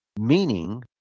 Meaning